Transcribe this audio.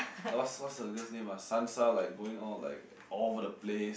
what's what's the girls name ah Sansa like going all like all over the place